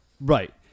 Right